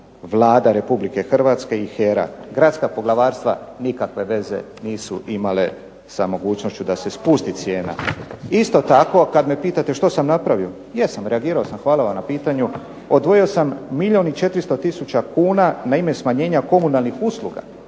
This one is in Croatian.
Vlada Republike Hrvatske i HERA. Gradska poglavarstva nikakva veze nisu imala sa mogućnošću da se spusti cijena. Isto tako, kad me pitate što sam napravio, jesam, reagirao sam, hvala vam na pitanju, odvojio sam milijun i 400 tisuća kuna na ime smanjenja komunalnih usluga